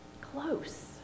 close